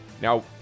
Now